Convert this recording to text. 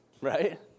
Right